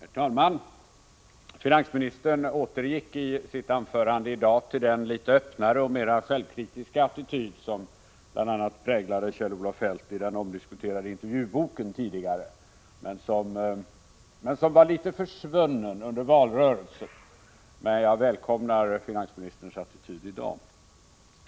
Herr talman! Finansministern återgick i sitt anförande i dag till den litet öppnare och mer självkritiska attityd som bl.a. präglade den omdiskuterade intervjuboken tidigare men som var litet försvunnen under valrörelsen. Jag välkomnar finansministerns attityd i dag.